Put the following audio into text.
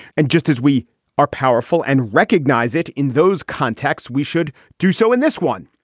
and just as we are powerful and recognize it in those contexts, we should do so in this one.